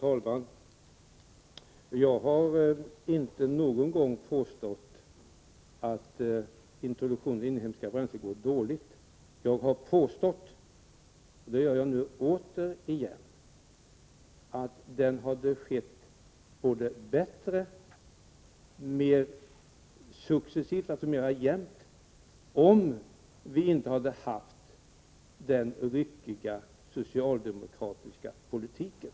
Fru talman! Jag har inte någon gång påstått att introduktionen av inhemska bränslen går dåligt. Däremot har jag påstått, och det gör jag nu på nytt, att introduktionen hade blivit mera jämn, om vi inte hade haft den ryckiga socialdemokratiska politiken.